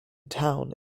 town